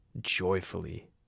joyfully